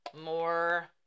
more